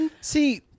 See